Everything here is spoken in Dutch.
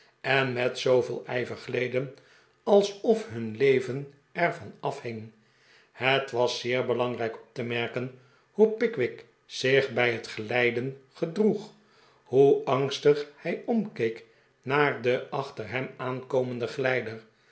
en met zooveel ijver gleden alsof hun leven er van afhing het was zeer belangrijk op te merken hoe pickwick zich bij het glijden gedroeg hoe angstig hij omkeek naar den achter hem aankomenden glijder